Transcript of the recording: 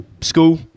school